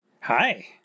Hi